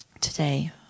today